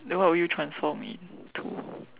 then what would you transform into